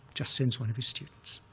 just sends one of his students.